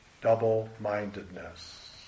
double-mindedness